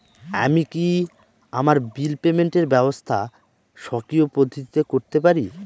আমি কি আমার বিল পেমেন্টের ব্যবস্থা স্বকীয় পদ্ধতিতে করতে পারি?